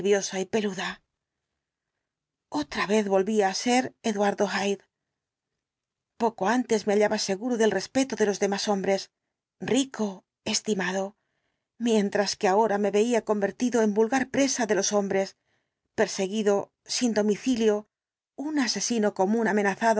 y peluda otra vez volvía á ser eduardo hyde poco antes me hallaba seguro del respeto de los demás hombres rico estimado mientras que ahora me veía convertido en vulgar explicación completa del caso presa de los hombres perseguido sin domicilio un asesino común amenazado